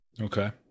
Okay